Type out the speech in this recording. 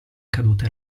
cadute